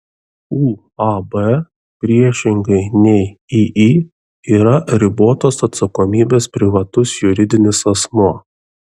uab priešingai nei iį yra ribotos atsakomybės privatus juridinis asmuo